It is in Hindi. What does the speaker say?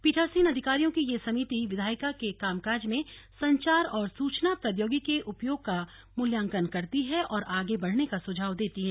पीठासीन अधिकारीयों की यह समिति विधायिका के कामकाज में संचार और सुचना प्रौद्योगिकी के उपयोग का मूल्यांकन करती है और आगे बढ़ने का सुझाव देती है